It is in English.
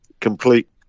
complete